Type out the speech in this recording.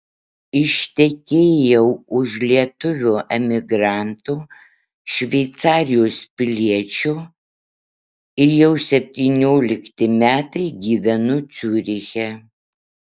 ištekėjau už lietuvio emigranto šveicarijos piliečio ir jau septyniolikti metai gyvenu ciuriche